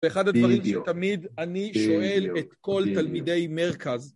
ואחד הדברים, בדיוק, שתמיד אני שואל את כל תלמידי מרכז